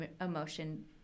emotion